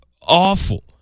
awful